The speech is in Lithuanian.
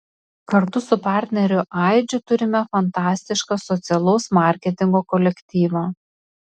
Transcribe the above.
kartu su partneriu aidžiu turime fantastišką socialaus marketingo kolektyvą